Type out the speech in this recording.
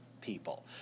people